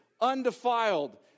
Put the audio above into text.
undefiled